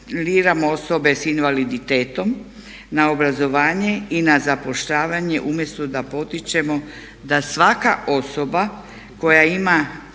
osobe s invaliditetom na obrazovanje i na zapošljavanje umjesto da potičemo da svaka osoba koja je